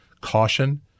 caution